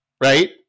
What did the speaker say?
Right